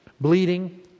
bleeding